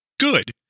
good